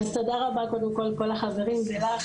אז תודה רבה קודם כל לכל החברים ולך,